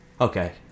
Okay